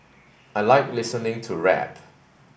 I like listening to rap